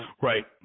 right